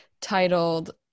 titled